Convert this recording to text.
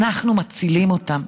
אנחנו מצילים אותם.